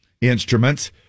instruments